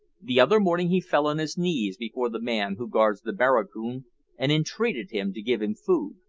the other morning he fell on his knees before the man who guards the barracoon and entreated him to give him food.